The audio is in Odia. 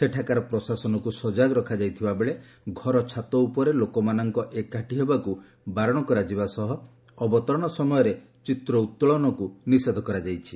ସେଠାକାର ପ୍ରଶାସନକୁ ସଜାଗ ରଖାଯାଇଥିବା ବେଳେ ଘର ଛାତ ଉପରେ ଲୋକମାନଙ୍କ ଏକାଠି ହେବାକୁ ବାରଣ କରାଯିବା ସହ ଅବତରଣ ସମୟରେ ଚିତ୍ ଉତ୍ତୋଳନକୁ ନିଷେଧ କରାଯାଇଛି